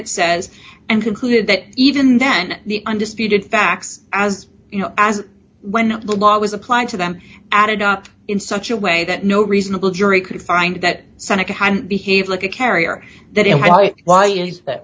it says and concluded that even then the undisputed facts as you know as when the law was applied to them added up in such a way that no reasonable jury could find that seneca behaved like a carrier that is why why is that